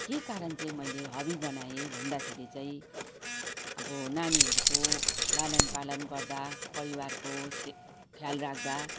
के कारण चाहिँ मैले हबी बनाएँ भन्दाफेरि चाहिँ अब नानीहरूको लालन पालन गर्दा परिवारको से ख्याल राख्दा